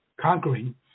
conquering